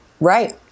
Right